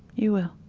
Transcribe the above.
you